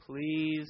please